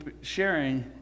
sharing